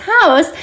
house